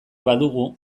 badugu